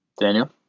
Daniel